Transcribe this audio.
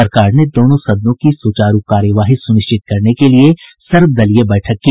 सरकार ने दोनों सदनों की सुचारू कार्यवाही सुनिश्चित करने के लिए सर्वदलीय बैठक की